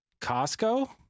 Costco